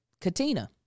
Katina